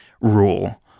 rule